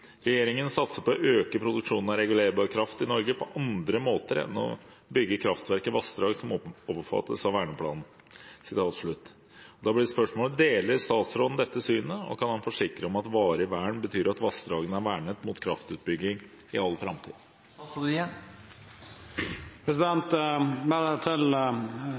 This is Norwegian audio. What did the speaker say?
Regjeringen satser på å øke produksjonen av regulerbar kraft i Norge på andre måter enn ved å bygge kraftverk i vassdrag som omfattes av verneplanen.» Deler statsråden dette synet, og kan han forsikre om at varig vern betyr at vassdragene er vernet mot kraftutbygging i all framtid?»